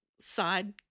side